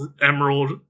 emerald